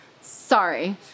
sorry